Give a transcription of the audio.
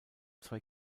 zwei